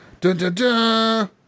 Dun-dun-dun